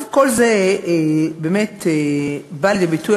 כל זה באמת בא לידי ביטוי.